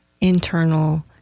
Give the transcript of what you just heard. internal